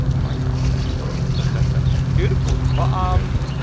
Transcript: lauryn hill, all day word beautiful. um